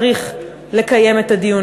צריך לקיים את הדיון.